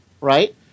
right